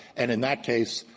and in that case,